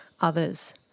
others